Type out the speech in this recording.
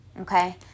Okay